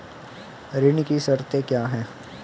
ऋण की शर्तें क्या हैं?